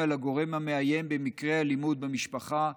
על הגורם המאיים במקרי אלימות במשפחה,